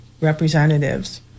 representatives